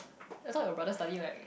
that's what your brother study right